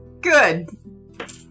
Good